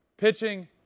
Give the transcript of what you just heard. Pitching